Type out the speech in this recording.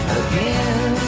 again